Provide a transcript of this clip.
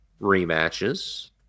rematches